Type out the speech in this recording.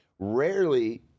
Rarely